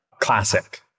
Classic